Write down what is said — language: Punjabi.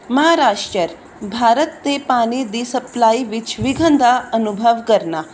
ਮਹਾਰਾਸ਼ਟਰ ਭਾਰਤ 'ਤੇ ਪਾਣੀ ਦੀ ਸਪਲਾਈ ਵਿੱਚ ਵਿਘਨ ਦਾ ਅਨੁਭਵ ਕਰਨਾ